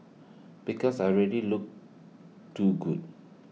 because I already look too good